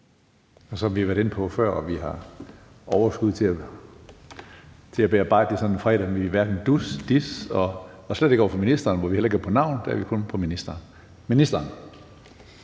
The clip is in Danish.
Som vi har været inde på før, og som vi har overskud til at bearbejde sådan en fredag, er vi hverken dus eller Des – og slet ikke over for ministeren, som vi slet ikke er på navn med, men kun tiltaler som ministeren. Ministeren.